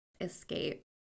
escape